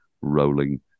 rolling